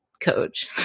coach